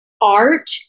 art